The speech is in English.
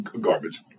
garbage